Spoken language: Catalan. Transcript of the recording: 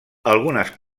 algunes